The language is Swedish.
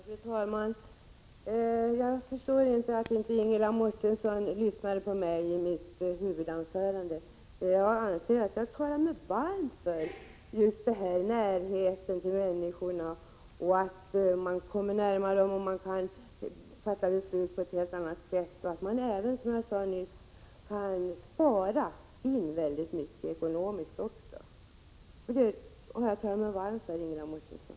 Fru talman! Jag förstår inte att Ingela Mårtensson inte lyssnade på mitt huvudanförande. Jag talade mig då nämligen varm för just denna närhet till människorna och att man därigenom kan fatta beslut på ett helt annat sätt samt att man även, som jag sade nyss, kan spara mycket i ekonomiskt hänseende. Detta har jag talat mig varm för, Ingela Mårtensson.